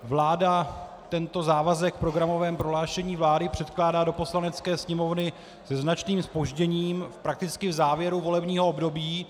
Vláda tento závazek v programovém prohlášení vlády předkládá do Poslanecké sněmovny se značným zpožděním, prakticky v závěru volebního období.